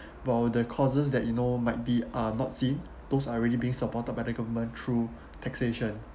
while the causes that you know might be uh not seen those are really being supported by the government through taxation